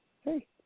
Hey